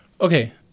Okay